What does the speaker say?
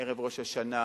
ערב ראש השנה,